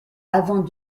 avant